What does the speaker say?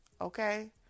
okay